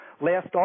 last